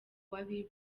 w’abibumbye